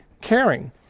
Caring